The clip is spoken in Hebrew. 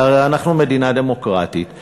והרי אנחנו מדינה דמוקרטית,